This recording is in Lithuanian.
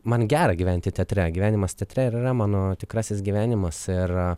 man gera gyventi teatre gyvenimas teatre ir yra mano tikrasis gyvenimas ir